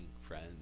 friends